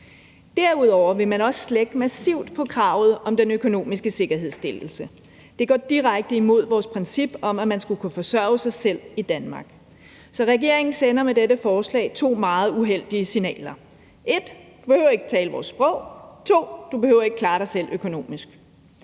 Derudover vil man også at slække massivt på kravet om den økonomiske sikkerhedsstillelse. Det går direkte imod vores princip om, at man skal kunne forsørge sig selv i Danmark. Regeringen sender med dette forslag to meget uheldige signaler: 1) du behøver ikke tale vores sprog, 2) du behøver ikke at klare dig selv økonomisk.